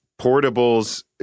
portables